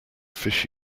fish